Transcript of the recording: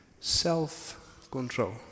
self-control